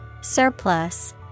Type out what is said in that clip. Surplus